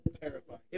terrifying